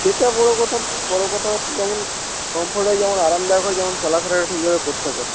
সেটা বড়ো কথা নয় বড়ো কথা হচ্ছে যেমন কম্ফোফর্ট হচ্ছে যেমন আরামদায়ক যেমন চলাফেরাটা ঠিকভাবে করতে পারে